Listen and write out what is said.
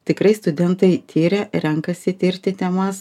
tikrai studentai tiria renkasi tirti temas